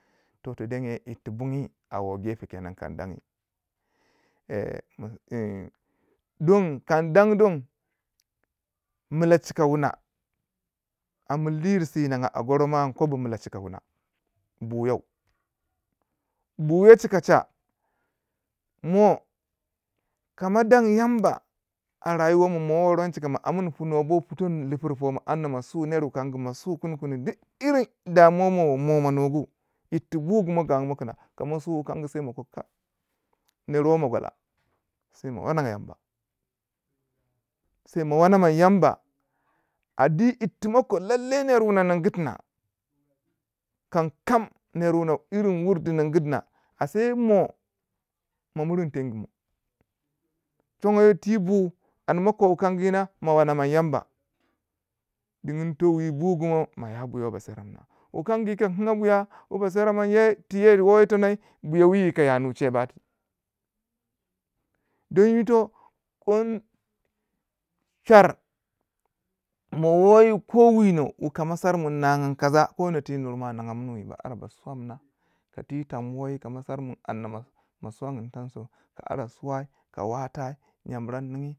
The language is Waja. to tu denguwai yir ti bungye a wo gafe kenan kan dangi min nyi don kan dan don milahika wuna a mili yiri siyi ninga a gorou buyou in kobo mila chika wuna buyou buyou chika cha mo ka ma dangi yamba a rayuwa mo wu mo worong chika mo amun pu nuwa bo putur lipira anda mo su ner wu kangi mo su duk yirin da muwa wu yo mo ma nugu yirtu bugu mo gangu mo kina ka ma su wukangu sai moko kai ner wo mo gwala, sai mo wananga yamba sai mo wana man yamba a di yirti ma ko lailai ma ningu tina kan kam ner wuna yirin wur ti ningu wuna kankam ner duna ashe mo mo miringu tengu mo chongoyo ti bu an mo ko wukangi yina ma wana man yamba domin towi bugu moi ma ya buya wu ba ba sera mina, wu kangu yika woyi buya wu ba sera minyo ti yo yir wo yi tono buya wi yika ya nuwi cheu bati don yito char mo woyi ko winon kama sar mun ninga mun kaza a ko no ti nurmowi ninga muwi ninga munu wi ba ara ba suwa mina ka ti tangi mo wi ka ma sar min amna ma suwa nyin tangi so ka aba suwai ka watai nyanmarangu ningyi.